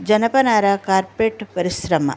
జనపనార కార్పరేట్ పరిశ్రమ